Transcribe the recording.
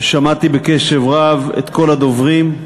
שמעתי בקשב רב את כל הדוברים,